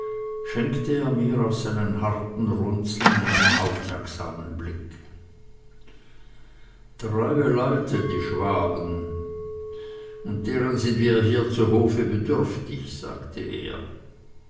schenkte er mir aus seinen harten runzeln einen aufmerksamen blick treue leute die schwaben und deren sind wir hier zu hofe bedürftig sagte er